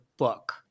book